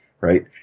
Right